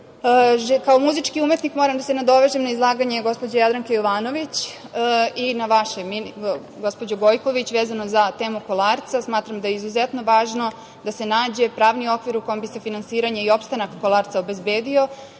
muzički umetnik, moram da se nadovežem na izlaganje gospođe Jadranke Jovanović i na vaše gospođo Gojković, vezano za temu „Kolarca“. Smatram da je izuzetno važno da se nađe pravni okvir u kom bi se finansiranje i opstanak „Kolarca“ obezbedio,